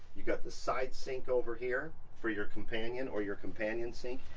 you've got the side sink over here for your companion or your companion sink,